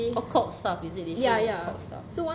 err accord sort is it they show you stuff